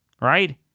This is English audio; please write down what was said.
Right